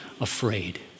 afraid